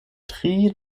tri